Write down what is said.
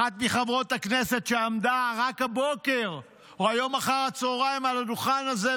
אחת מחברות הכנסת שעמדה רק הבוקר או היום אחר הצוהריים מעל הדוכן הזה,